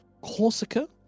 Corsica